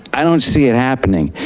i don't see it happening.